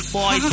boy